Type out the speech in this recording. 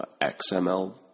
XML